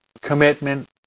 commitment